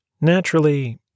Naturally